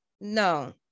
no